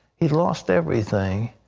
he lost everything.